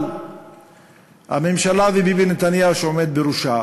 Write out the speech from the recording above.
אבל הממשלה וביבי נתניהו שעומד בראשה